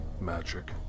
magic